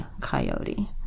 coyote